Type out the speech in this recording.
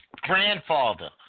grandfather